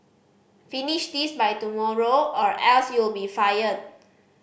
finish this by tomorrow or else you'll be fired